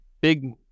big